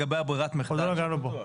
עוד לא נגענו בו.